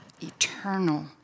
eternal